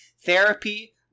therapy